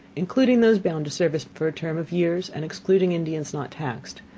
including those bound to service for a term of years, and excluding indians not taxed,